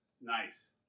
nice